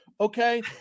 okay